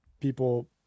people